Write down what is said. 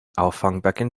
auffangbecken